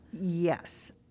Yes